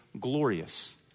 glorious